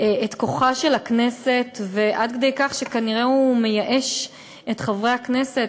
את כוחה של הכנסת עד כדי כך שכנראה הוא מייאש את חברי הכנסת.